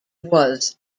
was